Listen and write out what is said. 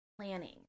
planning